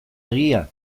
egia